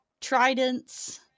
tridents